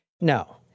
No